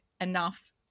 enough